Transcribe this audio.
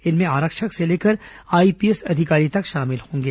इनमें आरक्षक से लेकर आईपीएस अधिकारी तक शामिल होंगे